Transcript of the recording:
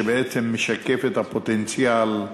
שבעצם משקף את הפוטנציאל,